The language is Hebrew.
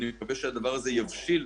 אני מקווה שהדבר הזה יבשיל,